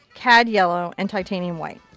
cad yellow, and titanium white.